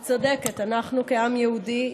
את צודקת, אנחנו, כעם יהודי,